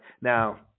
Now